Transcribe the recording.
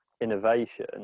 innovation